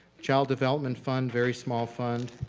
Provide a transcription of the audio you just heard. child development fund, very small fund,